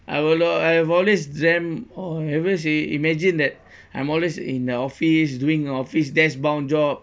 I will I have always dreamt always imagine that I'm always in the office doing office desk bound job